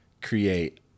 create